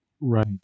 Right